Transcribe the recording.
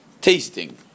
tasting